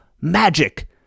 magic